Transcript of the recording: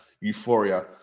euphoria